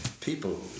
People